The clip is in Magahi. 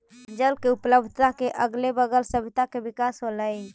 जल के उपलब्धता के अगले बगल सभ्यता के विकास होलइ